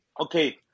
Okay